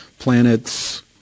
Planets